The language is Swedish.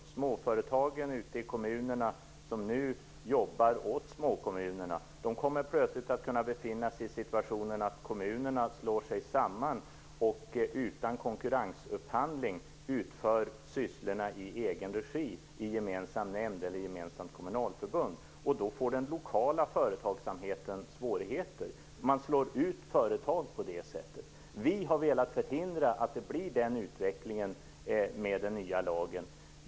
De småföretag som nu jobbar åt småkommunerna kommer plötsligt att kunna hamna i en situation där kommunerna slår sig samman och utan konkurrensupphandling utför sysslorna i egen regi i en gemensam nämnd eller ett gemensamt kommunalförbund. Då får den lokala företagsamheten svårigheter. Man slår ut företag på det sättet. Vi har velat förhindra den utvecklingen med den nya lagen.